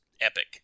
epic